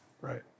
right